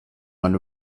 man